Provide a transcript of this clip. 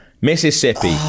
Mississippi